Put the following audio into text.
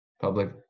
public